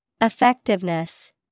Effectiveness